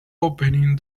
opening